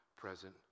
present